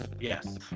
yes